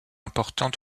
important